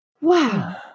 wow